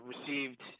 received